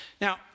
Now